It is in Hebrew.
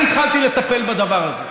אני התחלתי לטפל בדבר הזה.